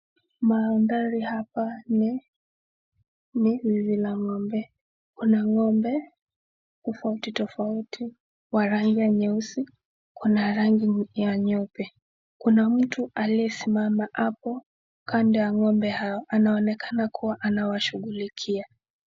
Maandhari hapa ni zizi la ng'ombe. Kuna ng'ombe tofauti tofauti wa rangi nyeusi, kuna rangi ya nyeupe. Kuna mtu aliye simama hapo kando ya ng'ombe hao anaonekana kuwa anawashughulikia.